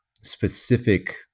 specific